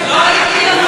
טיבי.